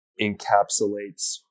encapsulates